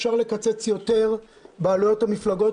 אפשר לקצץ יותר בעלויות המפלגות,